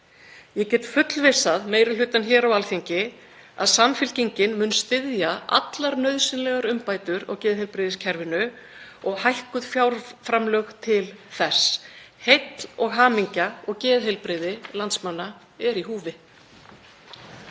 Ég get fullvissað meiri hlutann á Alþingi um að Samfylkingin mun styðja allar nauðsynlegar umbætur á geðheilbrigðiskerfinu og hækkuð fjárframlög til þess. Heill og hamingja og geðheilbrigði landsmanna er í húfi.